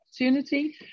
opportunity